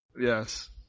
Yes